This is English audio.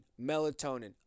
melatonin